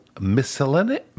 Miscellany